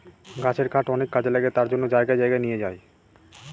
গাছের কাঠ অনেক কাজে লাগে তার জন্য জায়গায় জায়গায় নিয়ে যায়